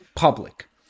public